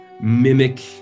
mimic